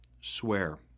swear